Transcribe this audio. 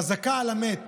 חזקה על המת